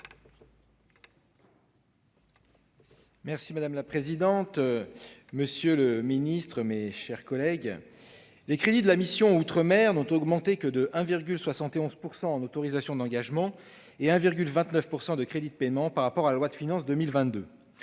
Madame la présidente, monsieur le ministre, mes chers collègues, les crédits de la mission « Outre-mer » n'ont augmenté que de 1,71 % en autorisations d'engagement et de 1,29 % en crédits de paiement par rapport à la loi de finances pour